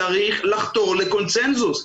צריך לחתור לקונצנזוס.